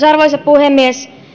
arvoisa puhemies